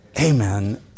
Amen